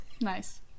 Nice